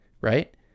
right